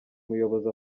muyobozi